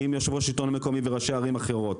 עם יושב-ראש השלטון המקומי וראשי ערים אחרות,